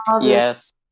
Yes